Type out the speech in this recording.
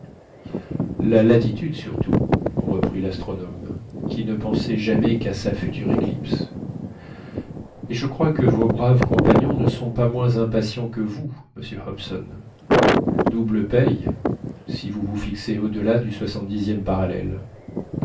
la latitude surtout reprit l'astronome qui ne pensait jamais qu'à sa future éclipse et je crois que vos braves compagnons ne sont pas moins impatients que vous monsieur hobson double paye si vous vous fixez au-delà du soixante dixième parallèle